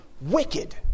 wicked